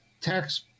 tax